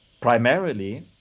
primarily